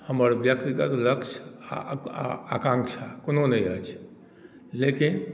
हमर व्यक्तिगत लक्ष्य आ आक आकाँक्षा कोनो नहि अछि लेकिन